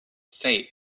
fate